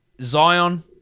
Zion